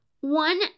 one